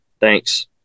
thanks